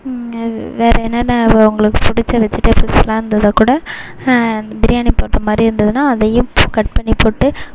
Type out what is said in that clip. வேறு என்னென்ன உங்களுக்கு பிடிச்ச வெஜிடபிள்ஸ்லாம் இருந்துதா கூட பிரியாணி போடுற மாதிரி இருந்துதுனா அதையும் கட் பண்ணி போட்டு